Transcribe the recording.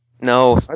No